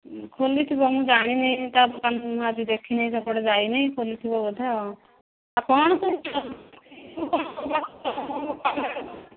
ଖୋଲିଥିବ ମୁଁ ଜାଣିନି ତା ଦୋକାନ ମୁଁ ଆଜି ଦେଖିନି ସେପଟେ ଯାଇନି ଖୋଲିଥିବ ବୋଧେ କ'ଣ